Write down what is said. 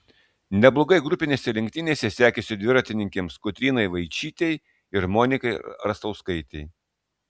neblogai grupinėse lenktynėse sekėsi dviratininkėms kotrynai vaičytei ir monikai rastauskaitei